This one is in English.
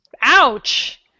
Ouch